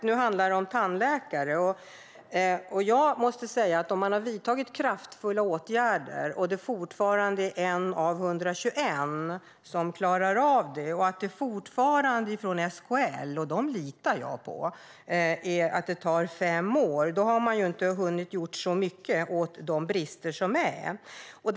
Nu handlar det om tandläkare, och jag måste säga att om man har vidtagit kraftfulla åtgärder och det fortfarande bara är 1 av 121 som klarar av provet och SKL fortfarande menar - och dem litar jag på - att det tar fem år har man inte hunnit göra så mycket åt de brister som finns.